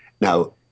now